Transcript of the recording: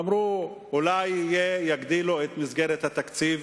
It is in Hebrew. אמרו שאולי יגדילו את מסגרת התקציב